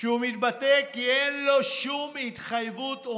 שהוא מתבטא כי אין לו שום התחייבות או